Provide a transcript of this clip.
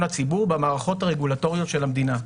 הציבור במערכות הרגולטוריות של המדינה.